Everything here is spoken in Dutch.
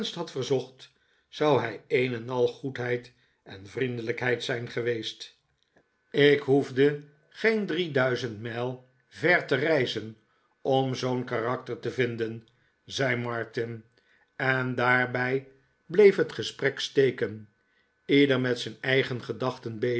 had verzocht zou hij een en al goedheid en vriendelijkheid zijn geweest ik hoefde geen drie duizend mijl ver te reizen om zoo'n karakter te vinden zei maarten chuzzlewit martin en daarbij bleef het gesprek steken leder met zijn eigen gedachten